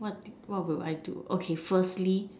what what would I do okay firstly